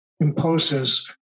imposes